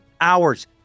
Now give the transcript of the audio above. hours